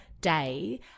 day